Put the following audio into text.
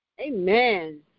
Amen